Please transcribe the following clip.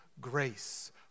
grace